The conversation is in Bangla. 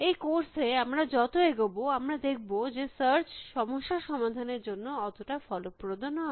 এই কোর্স এ আমরা যত এগোবো আমরা দেখব যে সার্চ সমস্যা সমাধানের জন্য অতটা ফলপ্রদ নয়